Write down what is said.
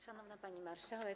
Szanowna Pani Marszałek!